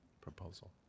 proposal